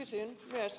kysyn myös